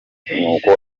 ahita